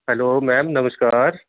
hello ma'am नमस्कार